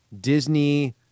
Disney